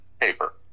paper